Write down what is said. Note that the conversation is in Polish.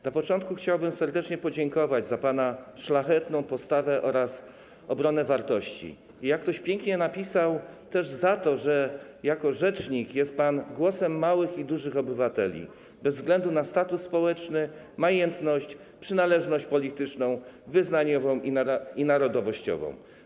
Na początku chciałbym serdecznie podziękować za pana szlachetną postawę oraz obronę wartości i, jak ktoś pięknie napisał, też za to, że jako rzecznik jest pan głosem małych i dużych obywateli, bez względu na status społeczny, majętność, przynależność polityczną, wyznaniową i narodowościową.